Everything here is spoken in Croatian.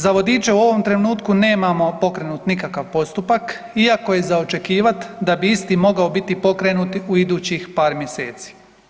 Za vodiče u ovom trenutku nemamo pokrenut nikakav postupak iako je za očekivat da bi isti mogao biti pokrenut u idućih par mjeseci.